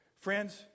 Friends